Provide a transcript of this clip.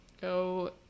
Go